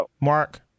Mark